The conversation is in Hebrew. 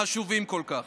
החשובים כל כך.